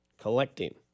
Collecting